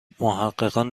محققان